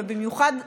ובמיוחד השנה,